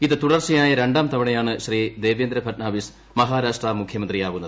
ഇത് തുടർച്ചയായ രണ്ടാം തവണയാണ് ശ്രീ ദേവേന്ദ്ര ഫട്നാവിസ് മഹാരാഷ്ട്ര മുഖ്യമന്ത്രിയാവുന്നത്